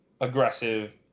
aggressive